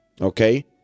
Okay